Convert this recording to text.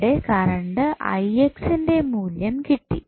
ഇവിടെ കറണ്ട് ന്റെ മൂല്യം കിട്ടി